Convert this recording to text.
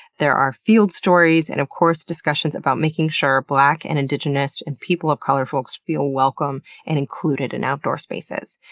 there are field stories, and of course discussions about making sure black, and indigenous and people of color folks feel welcome and included in outdoor spaces.